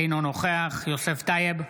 אינו נוכח יוסף טייב,